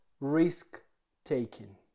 risk-taking